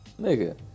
Nigga